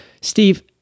Steve